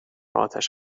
آتش